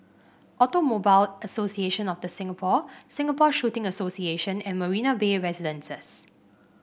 Automobile Association of The Singapore Singapore Shooting Association and Marina Bay Residences